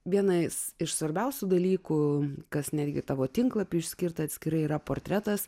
vienais iš svarbiausių dalykų kas netgi tavo tinklapyje išskirta atskirai yra portretas